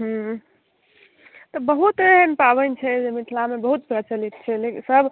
हँ तऽ बहुत एहन पाबनि छै जे मिथिलामे बहुत प्रचलित छै लेकिन सभ